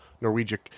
Norwegian